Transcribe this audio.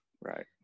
right